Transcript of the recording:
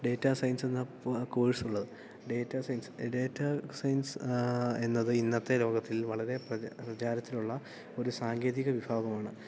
data science എന്ന course ഉള്ളത് data science data science എന്നത് ഇന്നത്തെ ലോകത്തിൽ വളരെ പ്രചാരത്തിലുള്ള ഒരു സാങ്കേതിക വിഭാഗമാണ്